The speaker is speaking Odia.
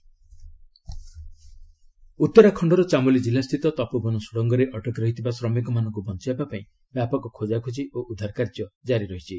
ଉତ୍ତରାଖଣ୍ଡ ରେସ୍କ୍ୟୁ ଅପରେସନ୍ ଉତ୍ତରାଖଣ୍ଡର ଚାମୋଲି ଜିଲ୍ଲାସ୍ଥିତ ତପୋବନ ସୁଡ଼ଙ୍ଗରେ ଅଟକି ରହିଥିବା ଶ୍ରମିକମାନଙ୍କୁ ବଞ୍ଚାଇବା ପାଇଁ ବ୍ୟାପକ ଖୋଜାଖୋଜି ଓ ଉଦ୍ଧାର କାର୍ଯ୍ୟ ଜାରି ରହିଛି